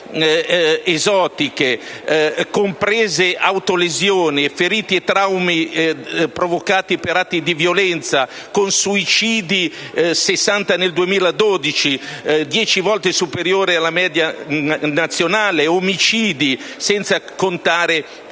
esotiche, comprese autolesioni, ferite e traumi provocati da atti di violenza, con suicidi (60 nel 2012 un dato dieci volte superiore alla media nazionale), omicidi, senza contare